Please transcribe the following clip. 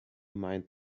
mind